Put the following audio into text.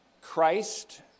Christ